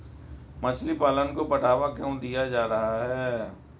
मछली पालन को बढ़ावा क्यों दिया जा रहा है?